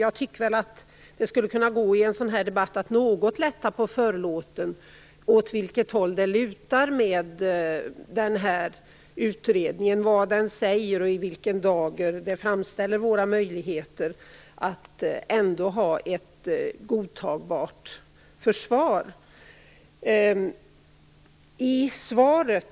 Jag tycker väl att det i en sådan här debatt skulle kunna gå att något lätta på förlåten och säga åt vilket håll det lutar i utredningen, vad som sägs där och i vilken dager våra möjligheter att ändå ha ett godtagbart försvar framställs.